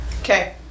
okay